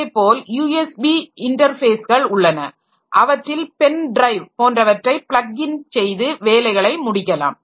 அதேபோல் USB இன்டர்ஃபேஸ்கள் உள்ளன அவற்றில் பென் ட்ரைவ் போன்றவற்றை பிளக்கின் செய்து வேலைகளை முடிக்கலாம்